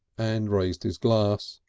and raised his glass.